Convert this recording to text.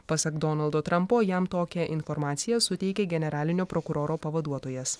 pasak donaldo trampo jam tokią informaciją suteikė generalinio prokuroro pavaduotojas